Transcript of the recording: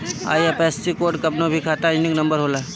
IFSC code कवनो भी खाता यूनिक नंबर होला